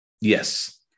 Yes